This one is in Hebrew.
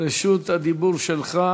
רשות הדיבור שלך.